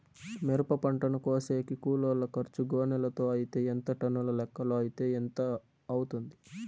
మిరప పంటను కోసేకి కూలోల్ల ఖర్చు గోనెలతో అయితే ఎంత టన్నుల లెక్కలో అయితే ఎంత అవుతుంది?